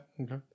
Okay